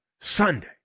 Sunday